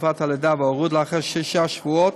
תקופת הלידה וההורות לאחר שישה שבועות,